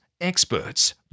experts